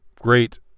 great